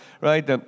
right